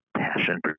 Passion